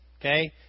Okay